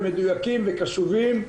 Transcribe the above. ומדויקים וקשובים,